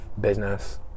business